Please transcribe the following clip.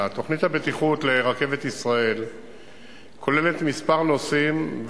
1. תוכנית הבטיחות לרכבת ישראל כוללת כמה נושאים.